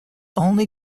only